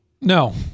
No